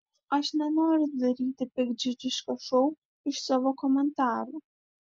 aš nenoriu daryti piktdžiugiško šou iš savo komentarų